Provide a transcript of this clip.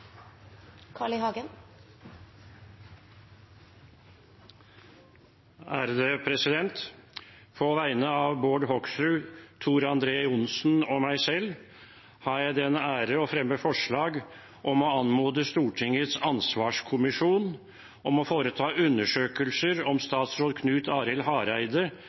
På vegne av representantene Bård Hoksrud, Tor André Johnsen og meg selv har jeg den ære å fremme et forslag om å anmode Stortingets ansvarskommisjon om å foreta undersøkelser om statsråd Knut Arild Hareide